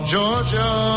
Georgia